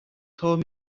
told